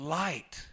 light